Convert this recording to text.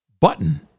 Button